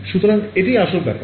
সুতরাং এটাই আসল ব্যপার